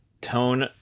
tone